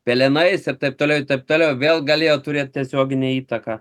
pelenais ir taip toliau ir taip toliau vėl galėjo turėt tiesioginę įtaką